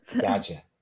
gotcha